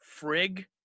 frig